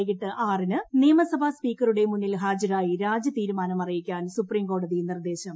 വൈകിട്ട് ആറിന് നിയമസഭാ സ്പീക്കറുടെ മുന്നിൽ ഹാജരായി രാജി തീരുമാനം അറിയിക്കാൻ സുപ്രീംകോടതി നിർദ്ദേശം